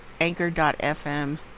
anchor.fm